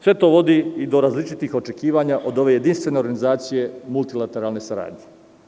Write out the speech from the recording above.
Sve to vodi i do različitih očekivanja od ove jedinstvene organizacije multilateralne saradnje.